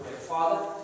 Father